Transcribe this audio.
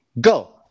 go